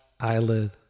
eyelid